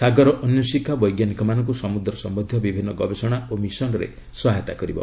ସାଗର ଅନ୍ୱେଷିକା ବୈଜ୍ଞାନିକମାନଙ୍କୁ ସମୁଦ୍ର ସମ୍ଭନ୍ଧୀୟ ବିଭିନ୍ନ ଗବେଷଣା ଓ ମିଶନ୍ରେ ସହାୟତା କରିବ